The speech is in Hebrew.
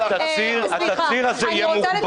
התצהיר הזה יהיה מוגבל.